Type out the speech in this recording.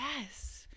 yes